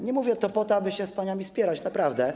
Nie mówię tego po to, aby się z paniami spierać, naprawdę.